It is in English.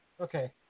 Okay